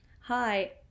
Hi